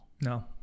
No